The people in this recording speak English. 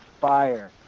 fire